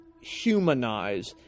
humanize